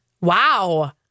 Wow